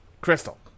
Crystal